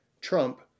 Trump